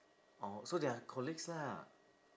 oh so they are colleagues lah